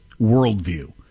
worldview